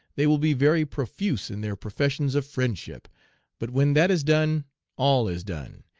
they will be very profuse in their professions of friendship but when that is done all is done,